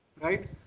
right